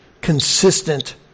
consistent